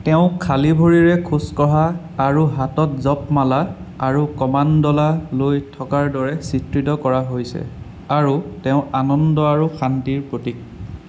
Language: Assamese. তেওঁক খালী ভৰিৰে খোজ কঢ়া আৰু হাতত জপ মালা আৰু কমাণ্ডলা লৈ থকাৰ দৰে চিত্ৰিত কৰা হৈছে আৰু তেওঁ আনন্দ আৰু শান্তিৰ প্ৰতীক